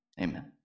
Amen